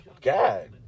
God